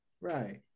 right